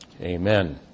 Amen